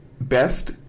best